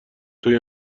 توی